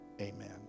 Amen